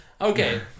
Okay